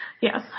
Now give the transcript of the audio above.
yes